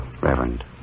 Reverend